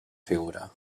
figura